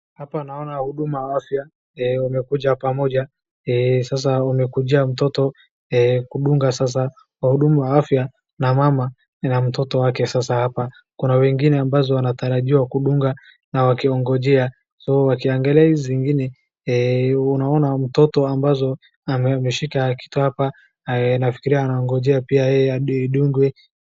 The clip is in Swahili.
Hapa naona huduma wa afya wamekuja pamoja. Sasa wamekujia mtoto kudunga. Sasa waudumu wa afya na mama na mtoto wake, sasa hapa kuna wengine ambazo wanatarajiwa kudunga na wakingojea wakiangalia izi zingine. Unaona mtoto ambazo ameshika kitwapa, nafikiria pia amengoja pia yeye andungwe.